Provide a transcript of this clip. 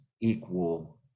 equal